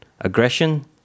aggression